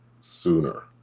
sooner